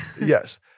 Yes